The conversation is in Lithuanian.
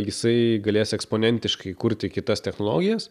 jisai galės eksponentiškai kurti kitas technologijas